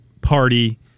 party